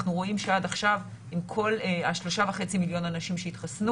אנחנו רואים שעד עכשיו מכל 3.5 מיליון אנשים שהתחסנו